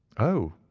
oh!